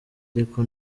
ariko